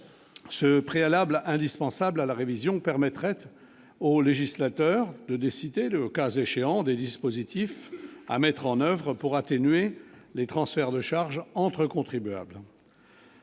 ce préalable indispensable à la révision permettrait au législateur de décider, le cas échéant des dispositifs à mettre en oeuvre pour atténuer les transferts de charges entre contribuables.